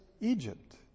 Egypt